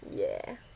yeah